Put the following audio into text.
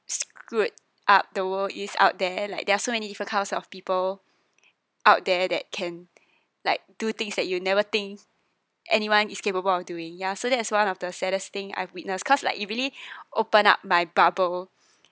screwed up the world is out there like there are so many different kinds of people out there that can like do things that you never think anyone is capable of doing ya so that's one of the saddest thing I've witnessed cause like it really open up my bubble